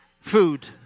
Food